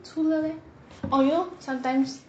除了 leh or you know sometimes